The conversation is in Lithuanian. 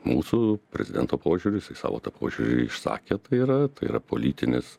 mūsų prezidento požiūris į savo požiūrį išsakė tai yra tai yra politinis